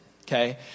Okay